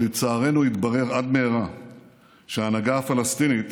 אבל לצערנו התברר עד מהרה שההנהגה הפלסטינית